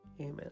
Amen